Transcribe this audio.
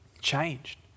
changed